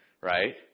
right